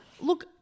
Look